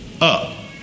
up